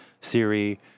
Siri